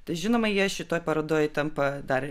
tai žinoma jie šitoj parodoj tampa dar